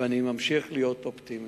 ואני ממשיך להיות אופטימי.